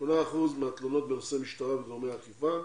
8 אחוזים מהתלונות בנושא משטרה וגורמי אכיפה,